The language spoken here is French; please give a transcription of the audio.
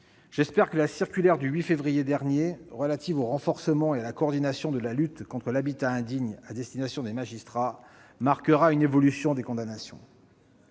J'espère que la circulaire du 8 février 2019 relative au renforcement et à la coordination de la lutte contre l'habitat indigne, circulaire à destination des magistrats, marquera une évolution dans les condamnations.